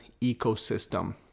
ecosystem